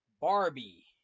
Barbie